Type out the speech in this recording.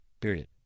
Period